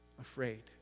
afraid